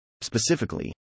Specifically